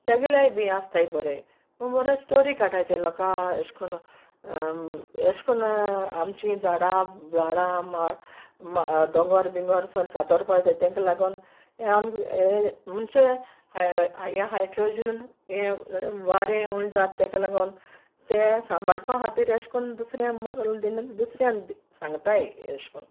तेगलेय बी आसताय बोरे बोरे स्टोरी काटाय ते लोकां अेश कोन्न अेश कोन्न आमचीं झाडां झाडां दोंगोर बिंगोर सोगळे कातोरपाचे तेंक लागोन हें आमकां हें म्हुणचे यें हायड्रोजन हें वारें उण जात तेक लागोन तें सांबाळपा हातीर अेश कोन्न मोरल दीन दुसऱ्यांक सांगताय अेशकोन्न